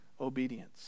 obedience